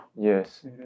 Yes